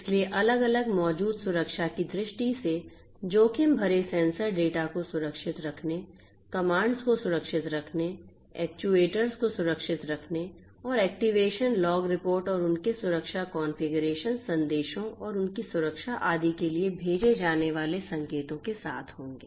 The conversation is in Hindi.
इसलिए अलग अलग मौजूद सुरक्षा की दृष्टि से जोखिम भरे सेंसर डेटा को सुरक्षित रखने कमांड्स को सुरक्षित करने एक्ट्यूएटर्स को सुरक्षित करने और एक्टीवेशन लॉग रिपोर्ट और उनके सुरक्षा कॉन्फ़िगरेशन संदेशों और उनकी सुरक्षा आदि के लिए भेजे जाने वाले संकेतों के साथ होंगे